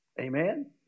Amen